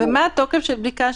ומה התוקף של בדיקה,